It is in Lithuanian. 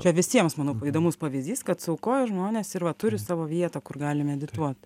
čia visiems manau įdomus pavyzdys kad suaukojo žmonės ir va turi savo vietą kur gali medituot